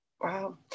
Wow